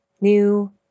new